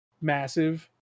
massive